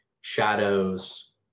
Shadows